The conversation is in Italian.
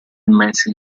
mese